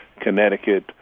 Connecticut